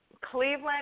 Cleveland